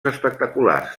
espectaculars